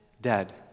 dead